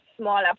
smaller